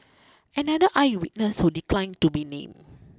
another eye witness who declined to be named